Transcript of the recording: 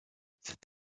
cet